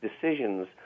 decisions